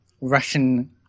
Russian